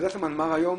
עבודת המנמ"ר היום